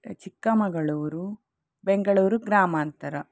ಚಿಕ್ಕಮಗಳೂರು ಬೆಂಗಳೂರು ಗ್ರಾಮಾಂತರ